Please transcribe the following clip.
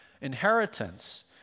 Inheritance